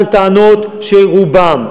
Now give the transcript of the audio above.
שורה ארוכה של טענות שרובן,